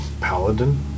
Paladin